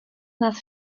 nás